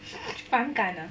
反感呢